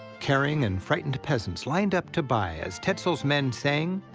caring and frightened peasants lined up to buy as tetzel's men sang,